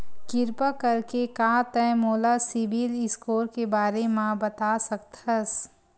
किरपा करके का तै मोला सीबिल स्कोर के बारे माँ बता सकथस?